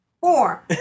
Four